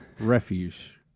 Refuge